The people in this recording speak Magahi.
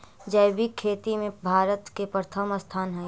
जैविक खेती में भारत के प्रथम स्थान हई